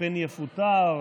פן יפוטר,